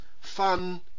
fun